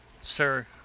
Sir